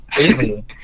Easy